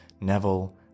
Neville